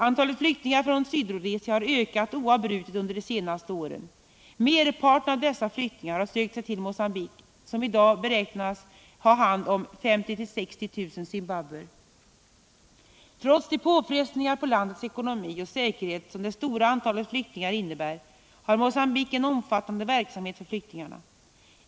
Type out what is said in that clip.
Antalet flyktingar från Sydrhodesia har ökat oavbrutet under de senaste åren. Merparten av dessa flyktingar har sökt sig till Mogambique, som i dag beräknas ha hand om 50 000-60 000 zimbabwier. Trots de påfrestningar på landets ekonomi och säkerhet som det stora antalet flyktingar innebär har Mogambique en omfattande verksamhet för flyktingarna.